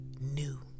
new